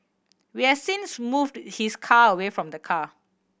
we has since moved his car away from the car